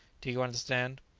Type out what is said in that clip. do you understand?